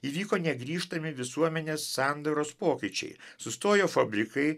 įvyko negrįžtami visuomenės sandaros pokyčiai sustojo fabrikai